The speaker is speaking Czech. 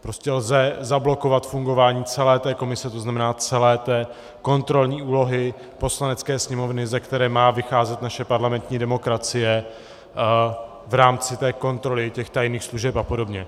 Prostě lze zablokovat fungování celé té komise, to znamená celé té kontrolní úlohy Poslanecké sněmovny, ze které má vycházet naše parlamentní demokracie v rámci kontroly tajných služeb apod.